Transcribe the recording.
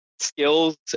skills